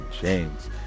James